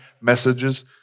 messages